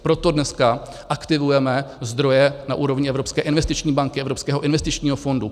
Proto dneska aktivujeme zdroje na úrovni Evropské investiční banky, Evropského investičního fondu.